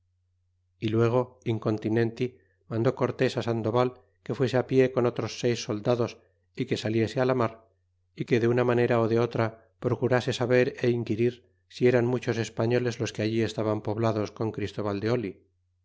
y luego in continenti mandó cortés sandoval que fuese á pie con otros seis soldados y que saliese á la mar y que de una si manera ú de otra procurase saber é inquerir eran muchos españoles los que ah estaban poblados con christóval de oli